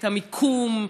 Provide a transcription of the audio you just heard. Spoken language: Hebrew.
את המיקום,